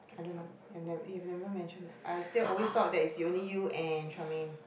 I don't know I ne~ you've never mentioned I still always thought that it's only you and Charmaine